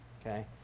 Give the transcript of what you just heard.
Okay